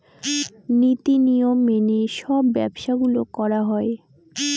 নীতি নিয়ম মেনে সব ব্যবসা গুলো করা হয়